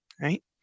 right